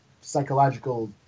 psychological